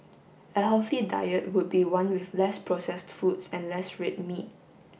a healthy diet would be one with less processed foods and less red meat